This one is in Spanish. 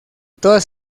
todas